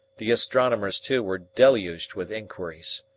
the astronomers too were deluged with inquiries.